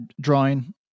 drawing